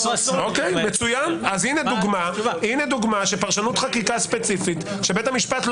הינה דוגמה שפרשנות חקיקה ספציפית של בית המשפט,